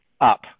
up